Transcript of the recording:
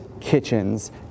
kitchens